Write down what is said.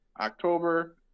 October